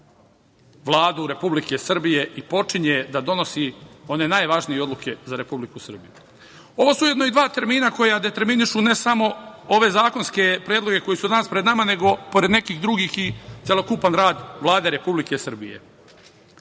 Vladu Republike Srbije i počinje da donosi one najvažnije odluke za Republiku Srbiju. Ovo su ujedno i dva termina koja determinišu ne samo ove zakonske predloge koji su danas pred nama, nego pored nekih drugih i celokupan rad Vlade Republike Srbije. Šta